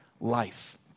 life